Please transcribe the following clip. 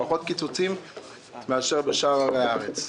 פחות קיצוצים מאשר בשאר הארץ?